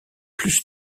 plus